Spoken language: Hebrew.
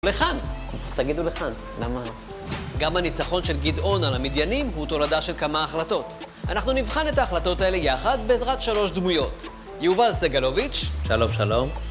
לכאן, אז תגידו לכאן, למה? גם הניצחון של גדעון על המדיינים הוא תולדה של כמה החלטות. אנחנו נבחן את ההחלטות האלה יחד, בעזרת 3 דמויות: יובל סגלוביץ'... שלום, שלום.